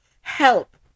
help